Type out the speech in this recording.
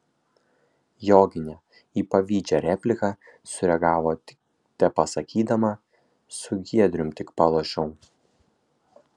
joginė į pavydžią repliką sureagavo tepasakydama su giedrium tik palošiau